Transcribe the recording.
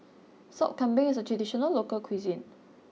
Sop Kambing is a traditional local cuisine